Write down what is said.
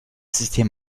system